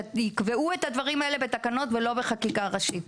שיקבעו את הדברים האלה בתקנות ולא בחקיקה ראשית.